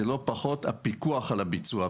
זה לא פחות הפיקוח על הביצוע,